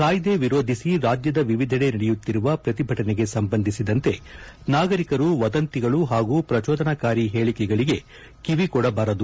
ಕಾಯ್ದೆ ವಿರೋಧಿಸಿ ರಾಜ್ಯದ ವಿವಿದೆಡೆ ನಡೆಯುತ್ತಿರುವ ಪ್ರತಿಭಟನೆಗೆ ಸಂಬಂಧಿಸಿದಂತೆ ನಾಗರಿಕರು ವದಂತಿಗಳು ಹಾಗೂ ಪ್ರಜೋದನಾಕಾರಿ ಹೇಳಿಕೆಗಳಿಗೆ ಕಿವಿಗೊಡಬಾರದು